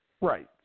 Right